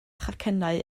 chacennau